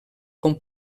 com